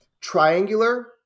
triangular